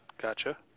Gotcha